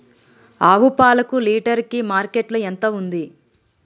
ఆవు పాలకు లీటర్ కి మార్కెట్ లో ఎంత ఉంది?